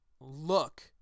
look